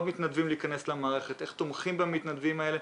מתנדבים להיכנס למערכת ואיך תומכים במתנדבים האלה.